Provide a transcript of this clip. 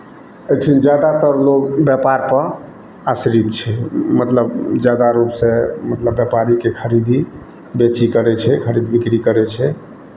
एहिठिन जादातर लोक व्यापारपर आश्रित छै मतलब जादा रूपसँ मतलब व्यापारीके खरीदी बेची करै छै खरीद बिक्री करै छै